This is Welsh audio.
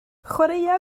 chwaraea